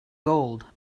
gold